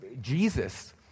Jesus